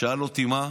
שאל אותי: מה?